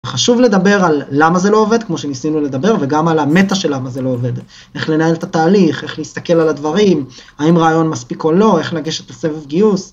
חשוב לדבר על למה זה לא עובד, כמו שניסינו לדבר, וגם על המטא של למה זה לא עובד. איך לנהל את התהליך, איך להסתכל על הדברים, האם רעיון מספיק או לא, איך לגשת לסבב גיוס